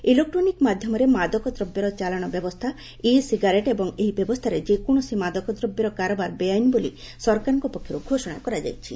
electronic ମାଧ୍ୟମରେ ମାଦକ ଦ୍ରବ୍ୟର ଚାଲାଣ ବ୍ୟବସ୍ଥା ଇ ସିଗାରେଟ୍ ଏବଂ ଏହି ବ୍ୟବସ୍ଥାରେ ଯେକୌଣସି ମାଦକଦ୍ରବ୍ୟର କାରବାର ବେଆଇନ ବୋଲି ସରକାରଙ୍କ ପକ୍ଷର୍ ଘୋଷଣା କରାଯାଇଛି